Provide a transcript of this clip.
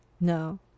no